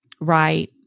Right